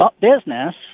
business